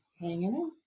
Hanging